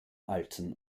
alten